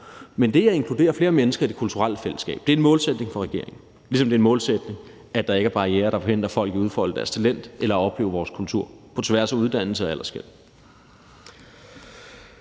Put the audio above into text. Men det at inkludere flere mennesker i det kulturelle fællesskab er en målsætning for regeringen, ligesom det er en målsætning, at der ikke er barrierer, der forhindrer folk i at udfolde deres talent eller at opleve vores kultur på tværs af uddannelser og aldersskel.